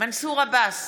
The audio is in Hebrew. מנסור עבאס,